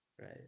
right